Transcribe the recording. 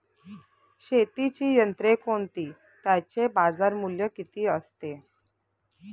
शेतीची यंत्रे कोणती? त्याचे बाजारमूल्य किती असते?